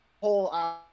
whole